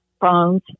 phones